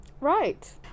Right